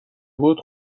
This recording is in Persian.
بود